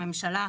הממשלה,